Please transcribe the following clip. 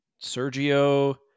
Sergio